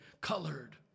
colored